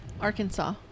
Arkansas